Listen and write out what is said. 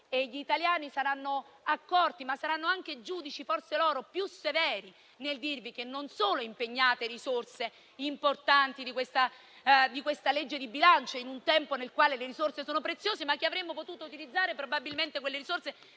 e gli italiani saranno accorti, ma forse anche i giudici saranno più severi, nel dirvi che non solo impegnate risorse importanti di questa legge di bilancio in un tempo nel quale le risorse sono preziose, ma che avremmo potuto utilizzarle probabilmente per migliorare